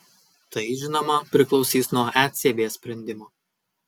tai žinoma priklausys nuo ecb sprendimo